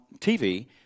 TV